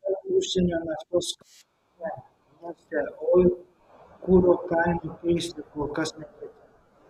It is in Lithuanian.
kita užsienio naftos kompanija neste oil kuro kainų keisti kol kas neketina